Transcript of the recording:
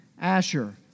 Asher